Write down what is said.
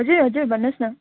हजुर हजुर भन्नुहोस् न